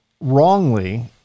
wrongly